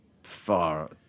far